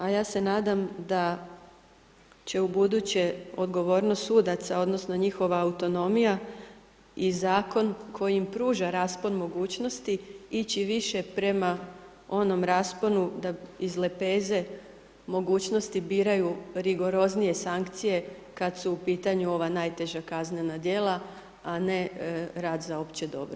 A ja se nadam da će ubuduće odgovornost sudaca, odnosno njihova autonomija i zakon koji im pruža raspon mogućnosti ići više prema onom rasponu da iz lepeze mogućnosti biraju rigoroznije sankcije kada su u pitanju ova najteža kaznena djela a ne rad za opće dobro.